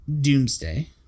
doomsday